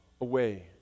away